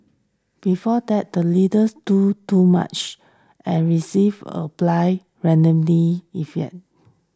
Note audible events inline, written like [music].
before that the leaders do too much and received or applied randomly [unintelligible]